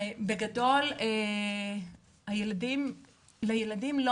בגדול, הילדים לא